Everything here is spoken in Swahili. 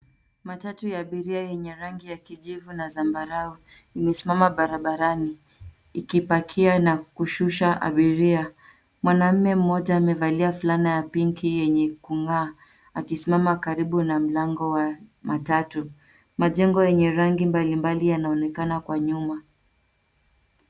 Matatu ya abiria yenye rangi ya kijivu na zambarau. Imesimama barabarani, ikipakia na kushusha abiria. Mwanaume mmoja amevalia fulana ya pinki yenye kung'aa ,akisimama karibu na mlango wa matatu. Majengo yenye rangi mbalimbali yanaonekana kwa nyuma.